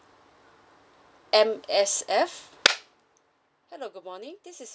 M_S_F hello good morning this is